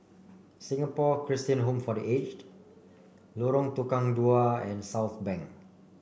Singapore Christian Home for The Aged Lorong Tukang Dua and Southbank